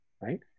right